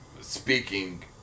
speaking